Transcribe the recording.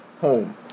home